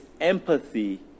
empathy